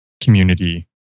community